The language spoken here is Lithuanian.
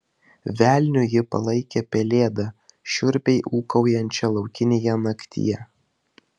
velniu ji palaikė pelėdą šiurpiai ūkaujančią laukinėje naktyje